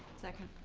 second.